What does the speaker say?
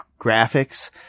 graphics